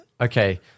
Okay